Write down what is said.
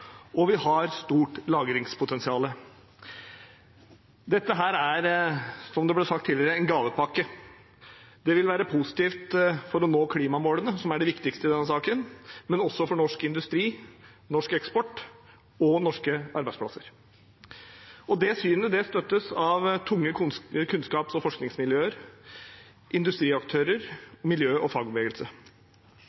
vi har et stort lagringspotensial. Dette er – som det ble sagt tidligere – en gavepakke. Det vil være positivt for å nå klimamålene, som er det viktigste i denne saken, men også positivt for norsk industri, norsk eksport og norske arbeidsplasser. Det synet støttes av tunge kunnskaps- og forskningsmiljøer, industriaktører,